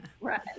Right